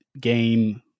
game